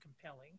compelling